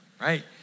right